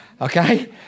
Okay